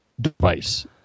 device